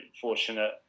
fortunate